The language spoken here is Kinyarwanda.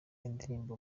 indirimbo